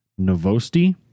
Novosti